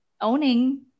owning